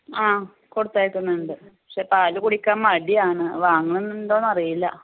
ആ കൊടുത്തയക്കുന്നുണ്ട് പക്ഷേ പാൽ കുടിക്കാൻ മടിയാണ് വാങ്ങുന്നുണ്ടോന്ന് അറിയില്ല